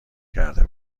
کرده